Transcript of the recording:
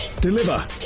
deliver